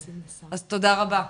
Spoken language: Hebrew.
אז תודה רבה.